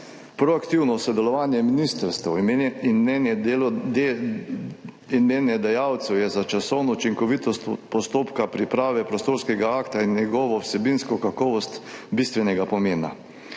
Proaktivno sodelovanje ministrstev in mnenje delodajalcev je za časovno učinkovitost v postopku priprave prostorskega akta in njegovo vsebinsko kakovost bistvenega pomena.